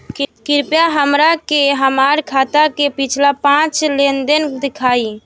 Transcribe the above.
कृपया हमरा के हमार खाता के पिछला पांच लेनदेन देखाईं